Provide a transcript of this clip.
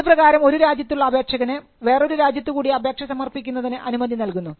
അത് പ്രകാരം ഒരു രാജ്യത്തുള്ള അപേക്ഷകന് വേറൊരു രാജ്യത്ത് കൂടി അപേക്ഷ സമർപ്പിക്കുന്നതിന് അനുമതി നൽകുന്നു